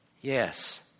yes